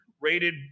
rated